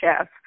chef